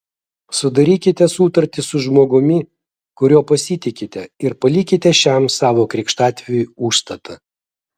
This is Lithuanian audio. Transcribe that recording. sudarykite sutartį su žmogumi kuriuo pasitikite ir palikite šiam savo krikštatėviui užstatą